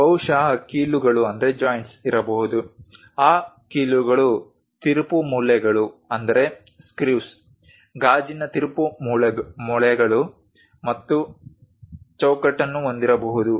ಬಹುಶಃ ಕೀಲುಗಳು ಇರಬಹುದು ಆ ಕೀಲುಗಳು ತಿರುಪುಮೊಳೆಗಳು ಗಾಜಿನ ತಿರುಪು ಮೊಳೆಗಳು ಮತ್ತು ಚೌಕಟ್ಟನ್ನು ಹೊಂದಿರಬಹುದು